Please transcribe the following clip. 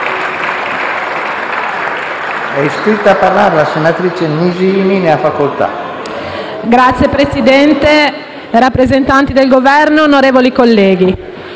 Signor Presidente, rappresentanti del Governo, onorevoli colleghi,